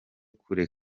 kureba